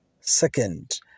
Second